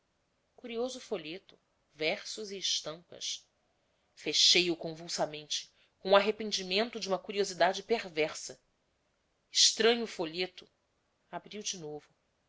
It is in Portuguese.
curioso folheto versos e estampas fechei o convulsamente com o arrependimento de uma curiosidade perversa estranho folheto abri o de novo